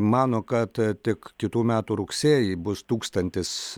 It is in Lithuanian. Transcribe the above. mano kad tik kitų metų rugsėjį bus tūkstantis